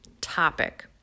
topic